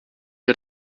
wir